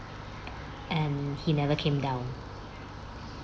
and he never came down